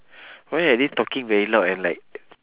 why are they talking very loud and like